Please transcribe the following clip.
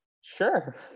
sure